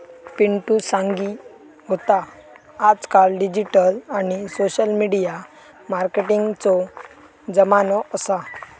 पिंटु सांगी होतो आजकाल डिजिटल आणि सोशल मिडिया मार्केटिंगचो जमानो असा